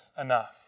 enough